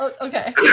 okay